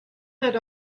had